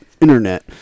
internet